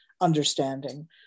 understanding